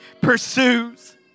pursues